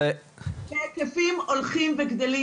בהיקפים הולכים וגדלים.